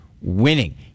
winning